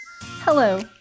Hello